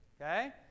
okay